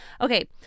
Okay